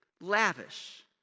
Lavish